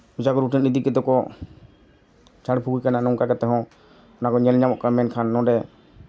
ᱚᱡᱷᱟᱜᱩᱨᱩ ᱴᱷᱮᱱ ᱤᱫᱤ ᱠᱟᱛᱮ ᱠᱚ ᱡᱷᱟᱬ ᱯᱷᱩᱸᱠᱮ ᱠᱟᱱᱟ ᱱᱚᱝᱠᱟ ᱠᱟᱛᱮ ᱦᱚᱸ ᱚᱱᱟᱠᱚ ᱧᱮᱞ ᱧᱟᱢᱚᱜ ᱠᱟᱱᱟ ᱢᱮᱱᱠᱷᱟᱱ ᱱᱚᱰᱮ